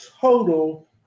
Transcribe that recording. total